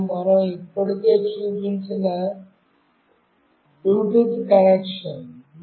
మరియు మనం ఇప్పటికే చూసిన బ్లూటూత్ కనెక్షన్